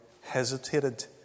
hesitated